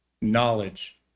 knowledge